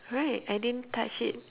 right I didn't touch it